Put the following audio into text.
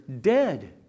dead